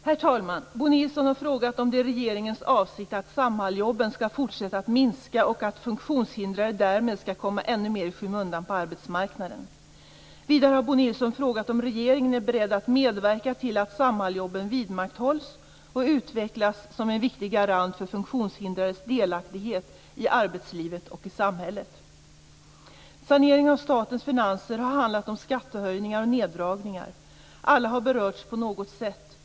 Herr talman! Bo Nilsson har frågat om det är regeringens avsikt att Samhalljobben skall fortsätta att minska och att funktionshindrade därmed skall komma ännu mer i skymundan på arbetsmarknaden. Vidare har Bo Nilsson frågat om regeringen är beredd att medverka till att Samhalljobben vidmakthålls och utvecklas som en viktig garant för funktionshindrades delaktighet i arbetslivet och i samhället. Saneringen av statens finanser har handlat om skattehöjningar och neddragningar. Alla har berörts på något sätt.